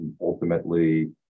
Ultimately